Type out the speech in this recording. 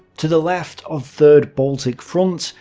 to the left of third baltic front,